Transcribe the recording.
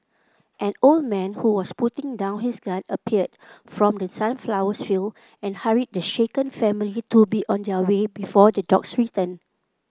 an old man who was putting down his gun appeared from the sunflowers field and hurried the shaken family to be on their way before the dogs return